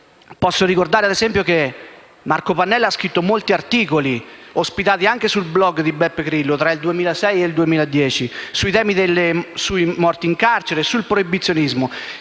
Posso ricordare, ad esempio, che Marco Pannella ha scritto molti articoli, ospitati anche sul *blog* di Beppe Grillo, tra il 2006 e il 2010, sui temi delle morti in carcere e sul proibizionismo;